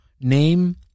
name